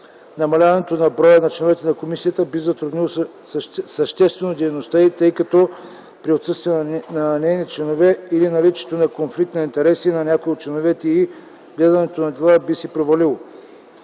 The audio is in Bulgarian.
Намаляването на броя на членовете на комисията би затруднило съществено дейността й, тъй като при отсъствие на неин член или наличието на конфликт на интереси на някои от членовете й гледането на дела би се провалило.